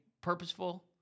purposeful